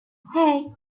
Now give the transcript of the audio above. hey